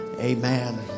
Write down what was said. Amen